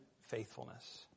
faithfulness